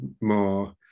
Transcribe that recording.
more